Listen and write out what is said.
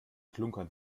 klunkern